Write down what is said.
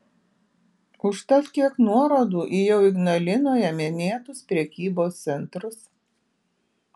užtat kiek nuorodų į jau ignalinoje minėtus prekybos centrus